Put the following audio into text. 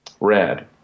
Red